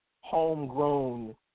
homegrown